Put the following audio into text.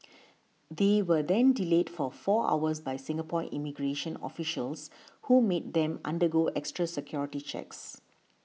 they were then delayed for four hours by Singapore immigration officials who made them undergo extra security checks